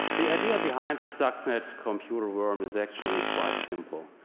the idea behind the stuxnet computer worm is actually quite simple.